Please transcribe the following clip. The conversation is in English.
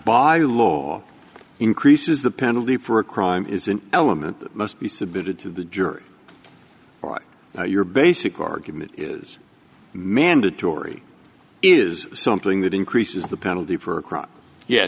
by law increases the penalty for a crime is an element that must be submitted to the jury or your basic argument is mandatory is something that increases the penalty for a crime ye